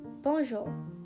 bonjour